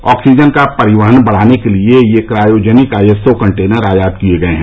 oxygen का परिवहन बढ़ाने के लिए यह क्रायोजेनिक आईएसओ कंटेनर आयात किये गये हैं